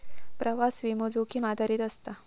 प्रवास विमो, जोखीम आधारित असता